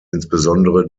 insbesondere